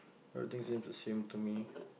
everything seems the same to me